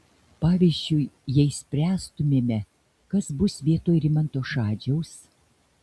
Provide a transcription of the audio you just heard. pavyzdžiui jei spręstumėme kas bus vietoj rimanto šadžiaus